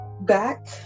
back